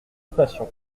passion